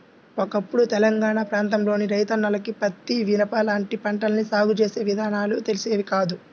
ఒకప్పుడు తెలంగాణా ప్రాంతంలోని రైతన్నలకు పత్తి, మిరప లాంటి పంటల్ని సాగు చేసే విధానాలు తెలిసేవి కాదు